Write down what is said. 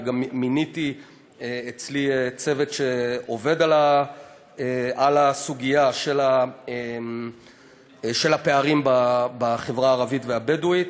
וגם מיניתי אצלי צוות שעובד על הסוגיה של הפערים בחברה הערבית והבדואית.